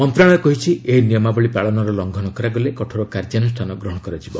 ମନ୍ତ୍ରଣାଳୟ କହିଛି ଏହି ନିୟମାବଳୀ ପାଳନର ଲଙ୍ଘନ କରାଗଲେ କଠୋର କାର୍ଯ୍ୟାନୁଷ୍ଠାନ ଗ୍ରହଣ କରାଯିବ